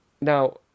now